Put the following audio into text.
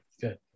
good